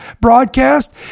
broadcast